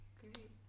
Great